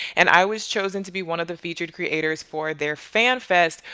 and i was chosen to be one of the featured creators for their fanfest,